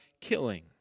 killing